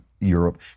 Europe